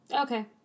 Okay